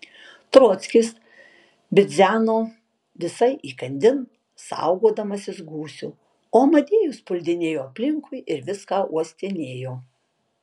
trockis bidzeno visai įkandin saugodamasis gūsių o amadėjus puldinėjo aplinkui ir viską uostinėjo